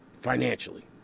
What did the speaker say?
financially